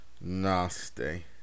nasty